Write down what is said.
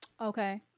Okay